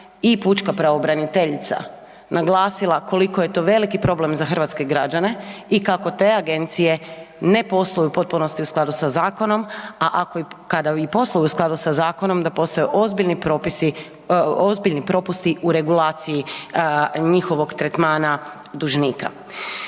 i pučka pravobraniteljica naglasila koliko je to veliki problem za hrvatske građane i kako te agencije ne posluju u potpunosti u skladu sa zakonom, a ako i, kada i posluju u skladu sa zakonom da postoje ozbiljni propusti u regulaciji njihovog tretmana dužnika.